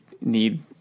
need